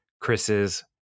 Chris's